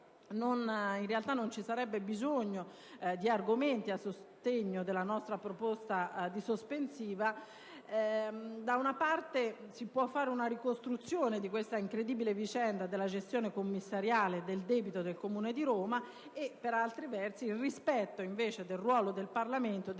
In realtà, non ci sarebbe bisogno di argomenti a sostegno della nostra proposta di sospensiva: da una parte, si può fare la ricostruzione di questa incredibile vicenda della gestione commissariale del debito del Comune di Roma; dall'altra, esaminare il ruolo del Parlamento rispetto